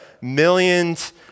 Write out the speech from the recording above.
millions